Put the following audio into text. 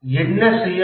என்ன செய்யப்படும்